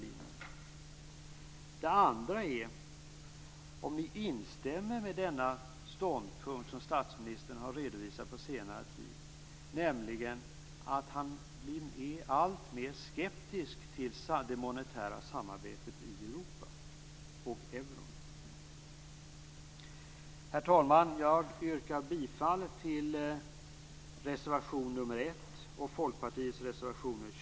Min andra fråga är om ni instämmer i den ståndpunkt som statsministern redovisat under senare tid, nämligen att han blir alltmer skeptisk till det monetära samarbetet i Europa och till euron. Herr talman! Jag yrkar bifall till reservation nr 1